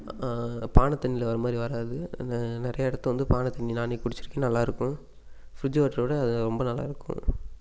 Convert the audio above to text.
பானை தண்ணியில் வர மாதிரி வராது அந்த நிறையா இடத்த வந்து பானை தண்ணி நானே குடித்துருக்கேன் நல்லா இருக்கும் ஃப்ரிட்ஜு வாட்டர் விட அது ரொம்ப நல்லா இருக்கும்